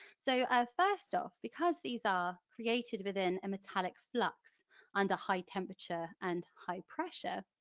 so ah first off, because these are created within a metallic flux under high temperature and high pressure,